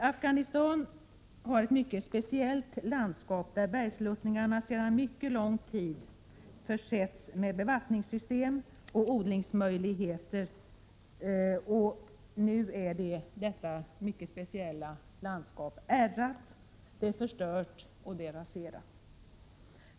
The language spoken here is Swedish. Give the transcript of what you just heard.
Afghanistan har ett mycket speciellt landskap, där bergsluttningarna sedan mycket lång tid tillbaka varit försedda med bevattningssystem och odlingsmöjligheter. Nu är detta mycket speciella landskap ärrat, förstört och raserat.